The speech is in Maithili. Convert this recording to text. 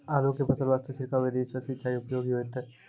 आलू के फसल वास्ते छिड़काव विधि से सिंचाई उपयोगी होइतै?